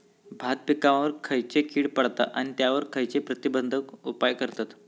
भात पिकांवर खैयची कीड पडता आणि त्यावर खैयचे प्रतिबंधक उपाय करतत?